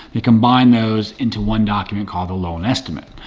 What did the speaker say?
they combined those into one document called the loan estimate.